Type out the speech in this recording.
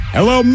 Hello